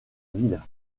ville